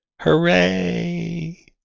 Hooray